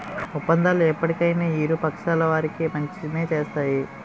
ఒప్పందాలు ఎప్పటికైనా ఇరు పక్షాల వారికి మంచినే చేస్తాయి